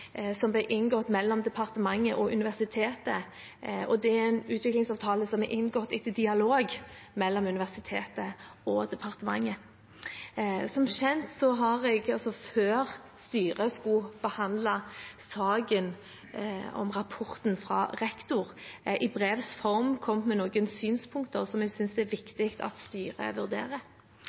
som ble inngått mellom departementet og universitetet, og det er en utviklingsavtale som er inngått etter dialog mellom universitetet og departementet. Som kjent har jeg før styret skulle behandle saken om rapporten fra rektor, i brevs form kommet med noen synspunkter som jeg synes det er viktig at styret vurderer.